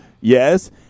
yes